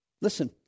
Listen